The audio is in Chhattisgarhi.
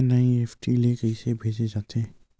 एन.ई.एफ.टी ले कइसे भेजे जाथे?